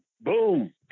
boom